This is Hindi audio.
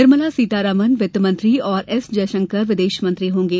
निर्मला सीतारामन वित्तमंत्री और एस जयशंकर विदेशमंत्री होंगे